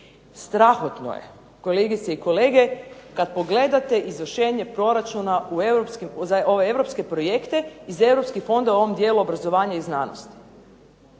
Strahotno je kolegice i kolege kada pogledate izvršenje proračuna za europske projekte iz europskih fondova u ovom dijelu obrazovanja i znanosti.